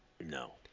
No